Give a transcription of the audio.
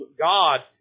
God